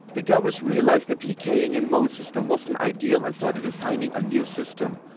the gowers realised the pking and mode system wasn't ideal, and started designing a new system.